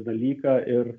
dalyką ir